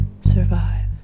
survive